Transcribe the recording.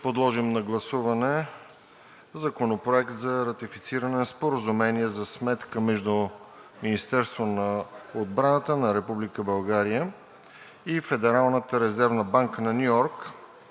подложим на гласуване Законопроект за ратифициране на Споразумение за сметка между Министерството на отбраната на Република България и Федералната резервна банка на Ню Йорк